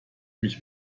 mich